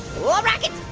oh rocket!